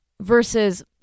versus